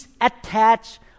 attach